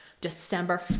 december